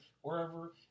wherever